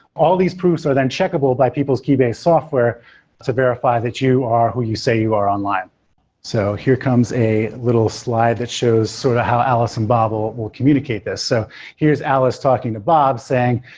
all these proofs are then checkable by people's keybase software to verify that you are who you say you are online so here comes a little slide that shows sort of how alice and bob will will communicate this. so here's alice talking a bob saying,